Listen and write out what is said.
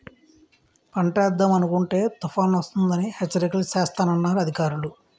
పంటేద్దామనుకుంటే తుపానొస్తదని హెచ్చరికలు సేస్తన్నారు అధికారులు